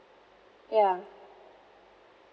ya